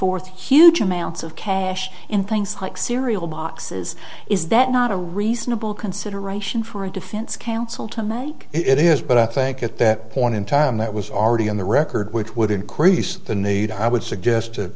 forth huge amounts of cash and things like cereal boxes is that not a reasonable consideration for a defense counsel to mike it is but i think at that point in time that was already in the record which would increase the need i would suggest to